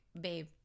babe